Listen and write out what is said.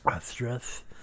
Stress